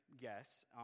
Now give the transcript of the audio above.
guess